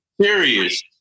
serious